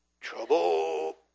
Trouble